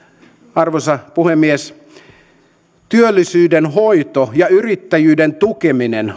arvoisa puhemies työllisyyden hoito ja yrittäjyyden tukeminen